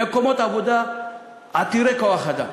מקומות עבודה עתירי כוח-אדם,